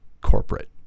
corporate